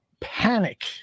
panic